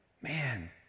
Man